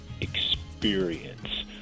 experience